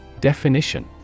Definition